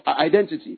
identity